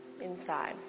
inside